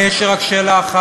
אני, יש לי רק שאלה אחת: